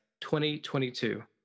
2022